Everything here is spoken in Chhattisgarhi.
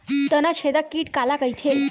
तनाछेदक कीट काला कइथे?